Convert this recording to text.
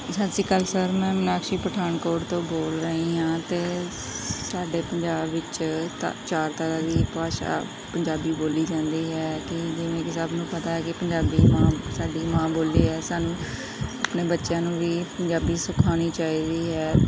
ਸਤਿ ਸ਼੍ਰੀ ਅਕਾਲ ਸਰ ਮੈਂ ਮੀਨਾਕਸ਼ੀ ਪਠਾਨਕੋਟ ਤੋਂ ਬੋਲ ਰਹੀ ਹਾਂ ਅਤੇ ਸਾਡੇ ਪੰਜਾਬ ਵਿੱਚ ਤ ਚਾਰ ਤਰ੍ਹਾਂ ਦੀ ਭਾਸ਼ਾ ਪੰਜਾਬੀ ਬੋਲੀ ਜਾਂਦੀ ਹੈ ਕਿ ਜਿਵੇਂ ਕਿ ਸਭ ਨੂੰ ਪਤਾ ਕਿ ਪੰਜਾਬੀ ਮਾਂ ਸਾਡੀ ਮਾਂ ਬੋਲੀ ਆ ਸਾਨੂੰ ਆਪਣੇ ਬੱਚਿਆਂ ਨੂੰ ਵੀ ਪੰਜਾਬੀ ਸਿਖਾਉਣੀ ਚਾਹੀਦੀ ਹੈ